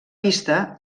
pista